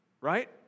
Right